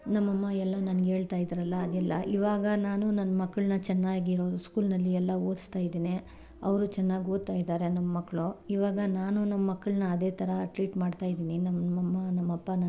ನಮ್ಮಮ್ಮ ಎಲ್ಲ ನನಗೆ ಹೇಳ್ತಾ ಇದ್ರಲ್ಲ ಅದೆಲ್ಲ ಇವಾಗ ನಾನು ನನ್ನ ಮಕ್ಕಳ್ನ ಚೆನ್ನಾಗಿರೋ ಸ್ಕೂಲ್ನಲ್ಲಿ ಎಲ್ಲ ಓದಿಸ್ತಾ ಇದ್ದೀನಿ ಅವರು ಚೆನ್ನಾಗಿ ಓದ್ತಾ ಇದ್ದಾರೆ ನಮ್ಮ ಮಕ್ಕಳು ಇವಾಗ ನಾನು ನಮ್ಮ ಮಕ್ಕಳ್ನ ಅದೇ ಥರ ಟ್ರೀಟ್ ಮಾಡ್ತಾ ಇದ್ದೀನಿ ನಮ್ಮಮ್ಮ ನಮ್ಮಪ್ಪ